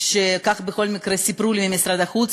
כך בכל מקרה סיפרו לי במשרד החוץ,